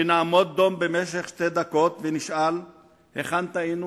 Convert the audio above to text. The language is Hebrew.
שנעמוד דום במשך שתי דקות ונשאל היכן טעינו